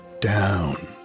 Down